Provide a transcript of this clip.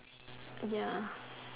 ya